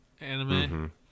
anime